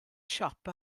siop